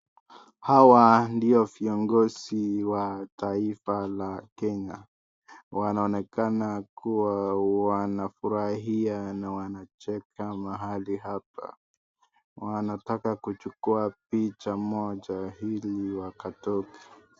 Hawa ndio viongozi wa taifa la Kenya. Wanaonekana kuwa wanafurahia na wanacheka mahali hapa. Wanataka kuchukua picha moja ili wakatoke.